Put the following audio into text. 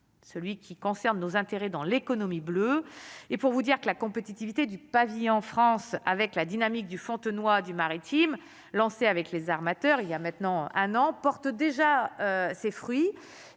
celui qui concerne nos intérêts dans l'économie bleue et pour vous dire que la compétitivité du pavillon en France avec la dynamique du Fontenoy du maritime lancée avec les armateurs, il y a maintenant un an, porte déjà ses fruits